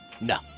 No